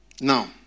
Now